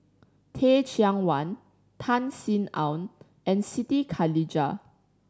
Teh Cheang Wan Tan Sin Aun and Siti Khalijah